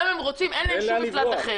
גם אם רוצים, אין להם שום מפלט אחר.